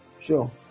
Sure